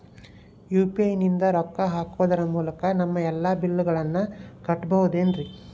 UPI ನಿಂದ ರೊಕ್ಕ ಹಾಕೋದರ ಮೂಲಕ ನಮ್ಮ ಎಲ್ಲ ಬಿಲ್ಲುಗಳನ್ನ ಕಟ್ಟಬಹುದೇನ್ರಿ?